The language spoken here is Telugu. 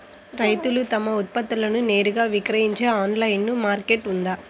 రైతులు తమ ఉత్పత్తులను నేరుగా విక్రయించే ఆన్లైను మార్కెట్ ఉందా?